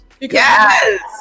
yes